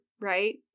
right